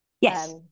yes